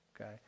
okay